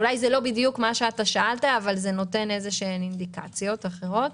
אולי זה לא בדיוק מה שאתה שאלת אבל זה נותן אינדיקציות אחרות.